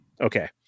Okay